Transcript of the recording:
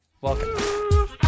Welcome